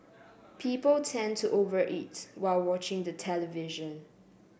people tend to over eat while watching the television